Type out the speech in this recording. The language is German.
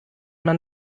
man